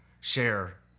share